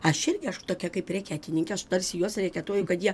aš irgi aš tokia kaip reketininkė aš tarsi juos reketuoju kad jie